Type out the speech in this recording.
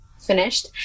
finished